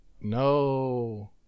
no